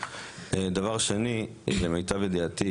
דבר שני למיטב ידיעתי,